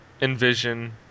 Envision